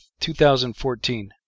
2014